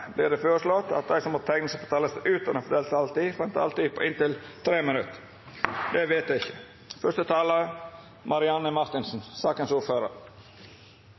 det føreslått at dei som måtte teikna seg på talarlista utover den fordelte taletida, får ei taletid på inntil 3 minutt. – Det